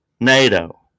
NATO